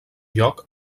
lloc